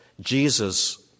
Jesus